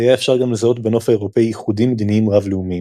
היה אפשר גם לזהות בנוף האירופאי איחודים מדיניים רב-לאומיים,